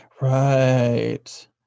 Right